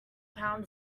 pound